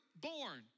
born